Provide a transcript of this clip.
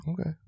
okay